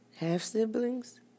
Half-siblings